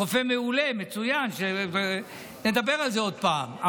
רופא מעולה, מצוין, נדבר על זה עוד פעם.